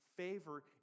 favor